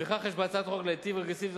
לפיכך יש בהצעת החוק להיטיב רגרסיבית